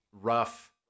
rough